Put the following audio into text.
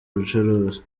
ubucuruzi